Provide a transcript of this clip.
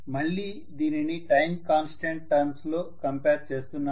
మళ్ళీ దీనిని time constant terms లో కంపేర్ చేస్తున్నాను